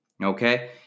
Okay